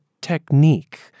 technique